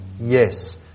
yes